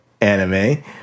anime